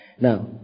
Now